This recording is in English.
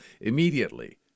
immediately